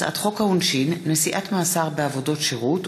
הצעת חוק העונשין (נשיאת מאסר בעבודות שירות,